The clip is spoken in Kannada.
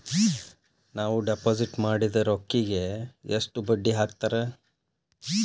ನಾವು ಡಿಪಾಸಿಟ್ ಮಾಡಿದ ರೊಕ್ಕಿಗೆ ಎಷ್ಟು ಬಡ್ಡಿ ಹಾಕ್ತಾರಾ?